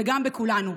וגם בכולנו.